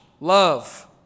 love